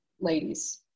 ladies